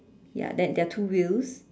ya then there are two wheels